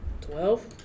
Twelve